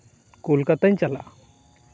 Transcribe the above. ᱠᱳᱞᱠᱟᱛᱟᱧ ᱪᱟᱞᱟᱜᱼᱟ